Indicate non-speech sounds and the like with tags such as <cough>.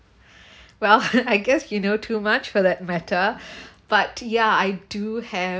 <breath> well <laughs> I guess you know too much for that matter <breath> but yeah I do have